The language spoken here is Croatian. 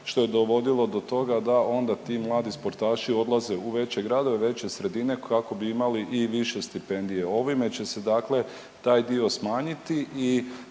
što je dovodilo do toga da onda ti mladi sportaši odlaze u veće gradove, veće sredine kako bi imali i više stipendije. Ovime će se dakle taj dio smanjiti